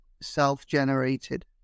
self-generated